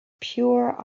pure